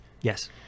yes